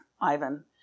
Ivan